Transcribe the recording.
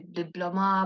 diploma